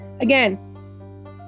again